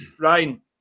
Ryan